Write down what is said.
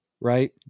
right